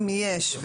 אם יש,